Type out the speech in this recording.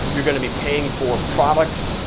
you're gonna be paying for products,